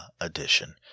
edition